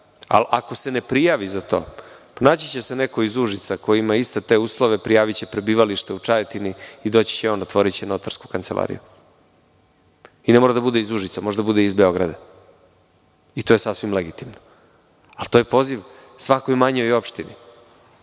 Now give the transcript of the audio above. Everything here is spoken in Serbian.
ali ako se ne prijavi za to, pronaći će se neko iz Užica ko ima iste te uslove, prijaviće prebivalište u Čajetini i doći će on, otvoriće notarsku kancelariju. Ne mora da bude iz Užica, može da bude iz Beograd i to je sasvim legitimno, ali to je poziv svakoj manjoj opštini,